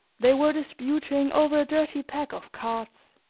they were disputing over a dirty pack of cards